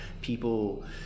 people